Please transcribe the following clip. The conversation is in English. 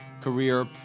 career